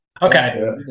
Okay